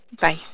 Bye